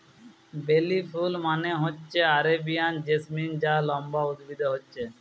বেলি ফুল মানে হচ্ছে আরেবিয়ান জেসমিন যা লম্বা উদ্ভিদে হচ্ছে